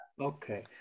Okay